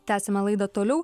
tęsiame laidą toliau